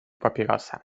papierosa